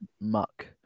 Muck